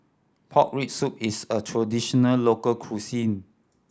pork rib soup is a traditional local cuisine